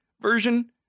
version